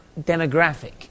demographic